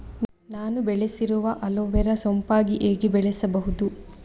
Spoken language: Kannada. ನಾನು ಬೆಳೆಸಿರುವ ಅಲೋವೆರಾ ಸೋಂಪಾಗಿ ಹೇಗೆ ಬೆಳೆಸಬಹುದು?